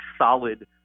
solid